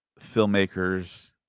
filmmakers